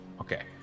Okay